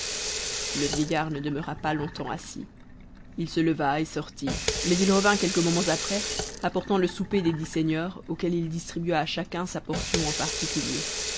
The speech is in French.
le vieillard ne demeura pas longtemps assis il se leva et sortit mais il revint quelques moments après apportant le souper des dix seigneurs auxquels il distribua à chacun sa portion en particulier